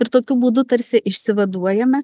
ir tokiu būdu tarsi išsivaduojame